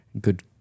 good